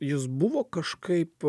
jis buvo kažkaip